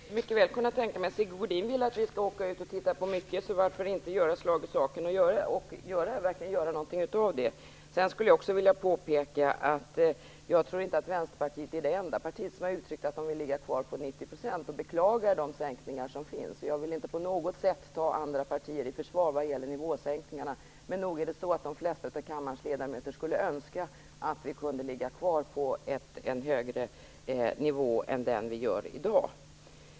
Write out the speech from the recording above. Fru talman! Jag skulle mycket väl kunna tänka mig att gå ut på gator och torg. Sigge Godin vill att vi skall åka ut och titta på mycket. Varför inte göra slag i saken och verkligen göra någonting utav det? Jag vill också påpeka att Vänsterpartiet inte är det enda parti som uttryckt att det vill att nivån skall ligga kvar på 90 % och beklagar de sänkningar som görs. Jag vill inte på något sätt ta andra partier i försvar vad gäller nivåsäkningarna. Men nog är det så att de flesta av kammarens ledamöter skulle önska att ersättningarna kunde ligga kvar på en högre nivå är den vi har i dag.